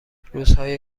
روزهای